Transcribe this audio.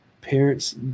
Parents